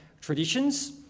traditions